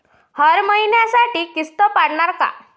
हर महिन्यासाठी किस्त पडनार का?